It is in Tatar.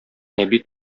әби